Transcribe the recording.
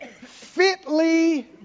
fitly